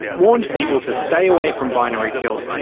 warned people to stay away from binary tilt,